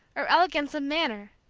or elegance of manner,